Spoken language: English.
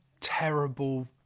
terrible